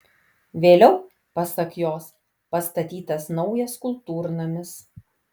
vėliau pasak jos pastatytas naujas kultūrnamis